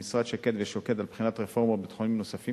המשרד שקד ושוקד על בחינת רפורמות בתחומים נוספים,